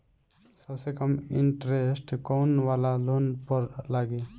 सबसे कम इन्टरेस्ट कोउन वाला लोन पर लागी?